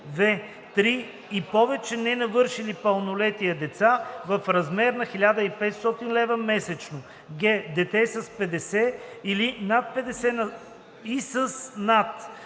в) три и повече ненавършили пълнолетие деца – в размер на 1500 лв. месечно; г) дете с 50 и с над 50 на